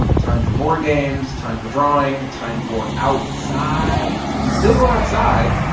time for board games, time for drawing, time for outside. you can still go outside.